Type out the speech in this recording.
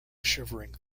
shivering